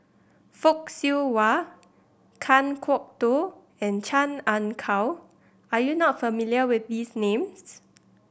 Fock Siew Wah Kan Kwok Toh and Chan Ah Kow are you not familiar with these names